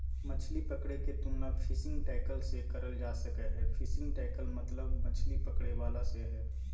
मछली पकड़े के तुलना फिशिंग टैकल से करल जा सक हई, फिशिंग टैकल मतलब मछली पकड़े वाला से हई